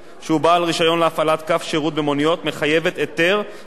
קו שירות במוניות מחייבת היתר מאת המפקח על התעבורה.